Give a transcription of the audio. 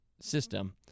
system